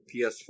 PS4